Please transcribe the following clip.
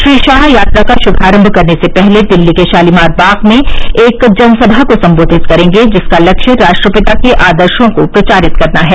श्री शाह यात्रा का शुभारम्म करने से पहले दिल्ली के शालीमार बाग में एक जनसभा को सम्बोधित करेंगे जिसका लक्ष्य राष्ट्रपिता के आदशों को प्रचारित करना है